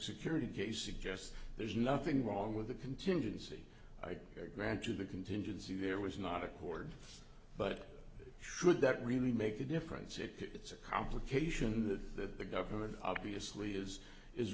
security gates suggest there's nothing wrong with the contingency i grant you the contingency there was not a chord but should that really make a difference if it's a complication that the government obviously is is